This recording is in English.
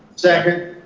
second.